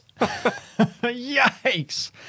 Yikes